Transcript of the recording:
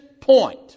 point